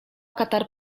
katar